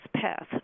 path